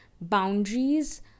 boundaries